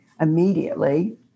immediately